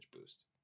boost